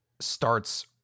starts